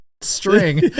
string